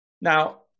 Now